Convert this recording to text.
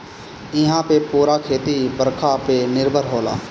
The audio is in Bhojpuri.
इहां पअ पूरा खेती बरखा पे निर्भर होला